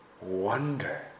wonder